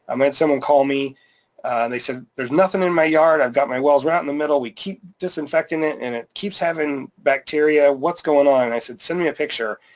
i mean, someone called me and they said, there's nothing in my yard. i've got my wells right in the middle. we keep disinfecting it and it keeps having bacteria. what's going on? and i said, send me a picture.